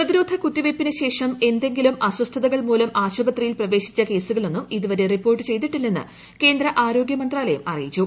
പ്രതിരോധ കുത്തിവയ്പ്പിനു ശേഷം എന്തെങ്കിലും അസ്വസ്ഥതകൾ മൂലം ആശുപത്രിയിൽ പ്രവേശിച്ച കേസുകളൊന്നും ഇതുവരെ റിപ്പോർട്ട് ചെയ്തിട്ടില്ലെന്ന് കേന്ദ്ര ആരോഗ്യ മന്ത്രലയം അറിയിച്ചു